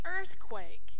earthquake